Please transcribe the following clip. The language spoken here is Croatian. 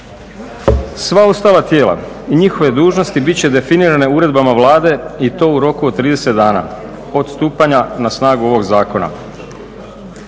Sva ostala tijela i njihove dužnosti bit će definirane uredbama Vlade i to u roku od 30 dana od stupanja na snagu ovog zakona.